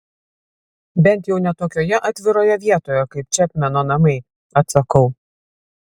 bent jau ne tokioje atviroje vietoje kaip čepmeno namai atsakau